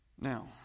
Now